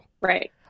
Right